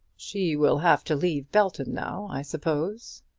she will have to leave belton now, i suppose?